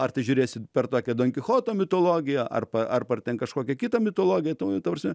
ar tai žiūrėsit per tokią donkichoto mitologiją ar per ar per ten kažkokią kitą mitologiją tai ta prasme